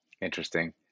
Interesting